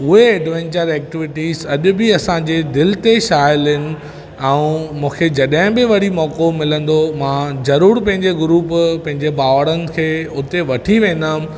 उहे adventure activities अॼ बि असांजे दिलि ते छाइलु आहिनि ऐं मूंखे जॾहिं बि वरी मौक़ो मिलंदो मां ज़रूर पंहिंजे ग्रुप पंहिंजे भाउरनि खे उते वठी वेंदुमि